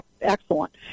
excellent